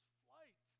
flight